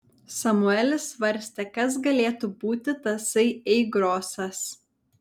samuelis svarstė kas galėtų būti tasai ei grosas